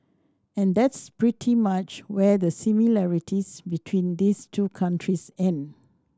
and that's pretty much where the similarities between these two countries end